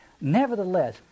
Nevertheless